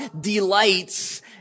delights